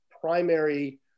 primary